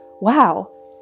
wow